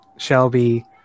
Shelby